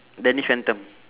danny phantom